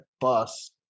bus